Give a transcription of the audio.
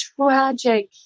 tragic